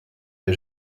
des